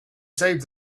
saved